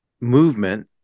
movement